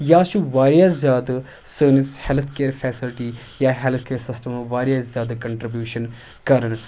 یا چھُ واریاہ زیادٕ سٲنِس ہٮ۪لٕتھ کیر فیسَلٹی یا ہٮ۪لٕتھ کیر سِسٹَمہٕ واریاہ زیادٕ کَنٹرٛبیوٗشَن کَران